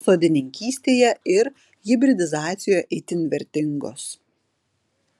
sodininkystėje ir hibridizacijoje itin vertingos